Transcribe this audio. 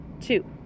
Two